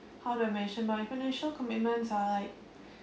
how do I mention my commitments are like